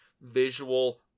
visual